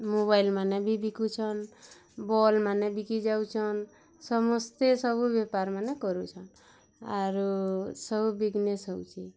ମୋବାଇଲ୍ମାନେ ବି ବିକୁଛନ୍ ବଲ୍ମାନେ ବିକି ଯାଉଛନ୍ ସମସ୍ତେ ସବୁ ବେପାର୍ମାନେ କରୁଛନ୍ ଆରୁ ସବୁ ବିଜିନେସ୍ ହେଉଛି